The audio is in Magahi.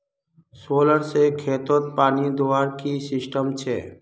सोलर से खेतोत पानी दुबार की सिस्टम छे?